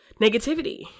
negativity